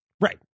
Right